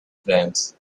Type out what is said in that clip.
cramps